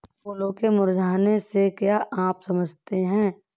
फूलों के मुरझाने से क्या आप समझते हैं?